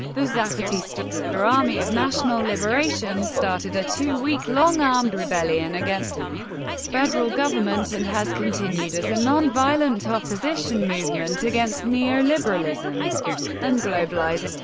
the zapatista army of national liberation started a two-week-long armed rebellion against the federal government, and has continued as a non-violent opposition movement against neoliberalism and globalization.